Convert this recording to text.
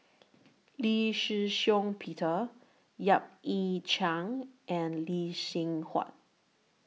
Lee Shih Shiong Peter Yap Ee Chian and Lee Seng Huat